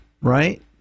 right